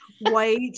white